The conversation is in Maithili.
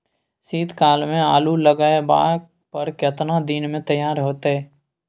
शीत काल में आलू लगाबय पर केतना दीन में तैयार होतै?